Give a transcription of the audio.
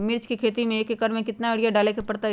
मिर्च के खेती में एक एकर में कितना यूरिया डाले के परतई?